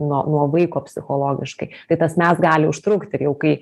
nuo nuo vaiko psichologiškai tai tas mes gali užtrukti ir jau kai